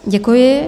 Děkuji.